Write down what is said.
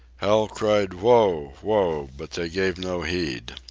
hal cried whoa! whoa! but they gave no heed.